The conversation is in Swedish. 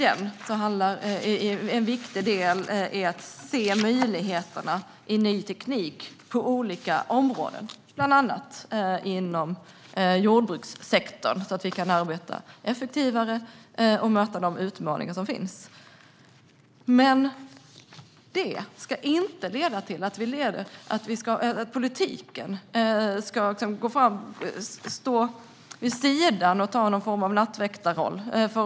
En viktig del i detta är att se möjligheterna med ny teknik inom olika områden, bland annat inom jordbrukssektorn. Då kan vi arbeta effektivare och möta de utmaningar som finns. Detta ska dock inte leda till att politiken ska stå vid sidan om och ta på sig något slags nattväktarroll.